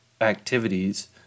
activities